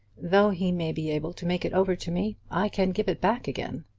though he may be able to make it over to me, i can give it back again.